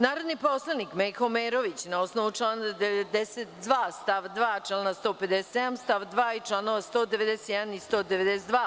Narodni poslanik Meho Omerović na osnovu člana 92. stav 2, člana 157. stav 2. i čl. 191. i 192.